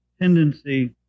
tendency